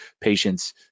patients